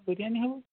ବିରିୟାନୀ ହବ